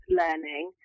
learning